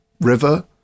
river